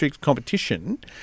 competition